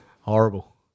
Horrible